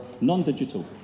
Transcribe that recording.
non-digital